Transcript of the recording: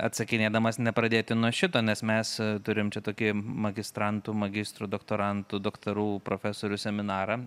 atsakinėdamas nepradėti nuo šito nes mes turim čia tokie magistrantų magistrų doktorantų daktarų profesorių seminarą